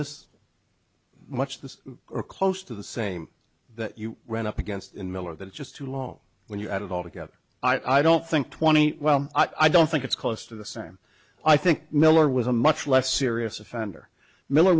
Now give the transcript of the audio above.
this much this or close to the same that you ran up against in miller that it's just too low when you add it all together i don't think twenty well i don't think it's close to the same i think miller was a much less serious offender miller